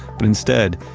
but instead,